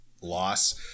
loss